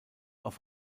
auf